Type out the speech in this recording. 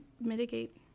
mitigate